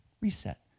reset